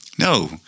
No